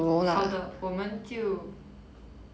好的我们就